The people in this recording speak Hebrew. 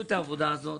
תעשו את העבודה הזאת